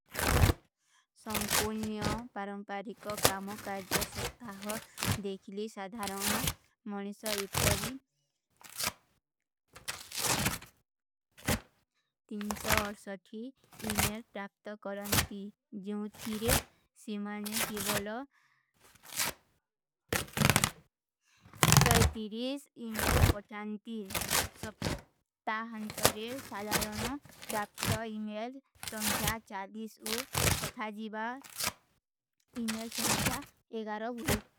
ସଂପୁଲ ନିଯାଂ ପରଂପାରିକ କା କାମୋ କାର୍ଜଯ ସବ୍ଥା ହୋ ଦେଖିଲୀ ସାଧାରଣ ମନିଷ୍ଯ ଏପପରୀ ତିନସା ଅର୍ଶଥୀ ଇମେଲ ଟ୍ରାପ୍ଟ କରନତୀ। ଜିନ ଥୀରେ ସିମାନେ କେ ବଲୋ ସଯ ତିରୀସ ଇମେଲ ପଠାନତୀ। ସବ୍ଥା ହଂତରେ ସାଧାରଣ ଟ୍ରାପ୍ଟ ଇମେଲ ସଂଖ୍ଯା ଚାର୍ଦୀସ ଓ ଖୁଠାଜୀବା ଇମେଲ ସଂଖ୍ଯା ଏଗାରଵ ହୁଏ।